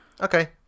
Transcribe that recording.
Okay